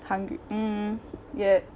hungr~ mm ya